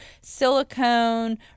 silicone